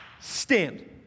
stand